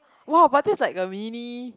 !wow! but that's like a really